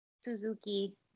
Suzuki